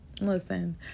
listen